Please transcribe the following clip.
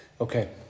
Okay